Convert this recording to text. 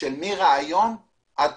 של מרעיון עד